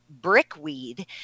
brickweed